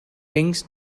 wings